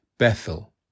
Bethel